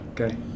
Okay